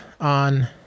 on